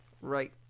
Right